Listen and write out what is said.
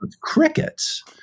crickets